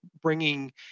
bringing